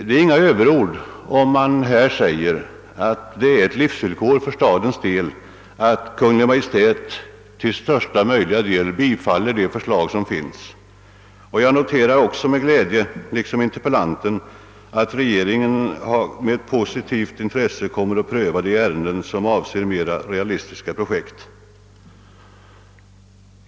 Det är inga överord om man betecknar det som eit livsvillkor för stadens vidkommande, att Kungl. Maj:t till största möjliga del bifaller de förslag som föreligger. Jag noterar också liksom inter pellanten med glädje, att regeringen kommer att med positivt intresse pröva de ärenden som avser mera realistiska projekt.